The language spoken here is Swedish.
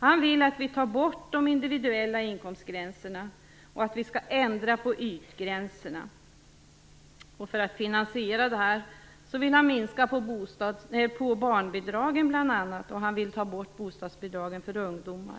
Han vill att vi skall ta bort de individuella inkomstgränserna och att vi skall ändra på ytgränserna. För att finansiera detta vill han bl.a. minska barnbidragen och ta bort bostadsbidragen för ungdomar.